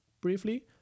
briefly